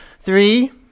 Three